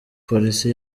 polisi